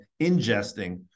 ingesting